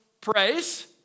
praise